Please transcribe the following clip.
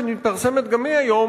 שמתפרסמת גם היא היום,